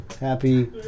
Happy